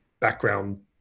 Background